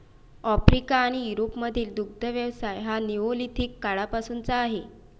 Africa आणि युरोपमधील दुग्ध व्यवसाय हा निओलिथिक काळापासूनचा आहे